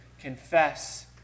confess